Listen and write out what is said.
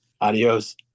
Adios